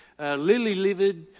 lily-livered